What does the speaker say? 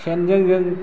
सेनजों जों